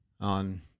On